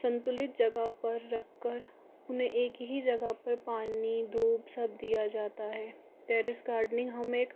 संतुलित जगह पर रख कर उन्हें एक ही जगह पर पानी धूप सब दिया जाता है टेरिस गार्डनिंग हमें